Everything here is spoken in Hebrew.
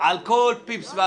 על כל פיפס.